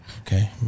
Okay